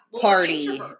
party